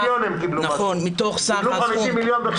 הם קיבלו 50 מיליון.